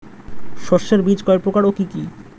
শস্যের বীজ কয় প্রকার ও কি কি?